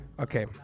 Okay